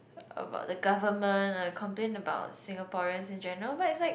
about the government uh complain about Singaporean in general it's like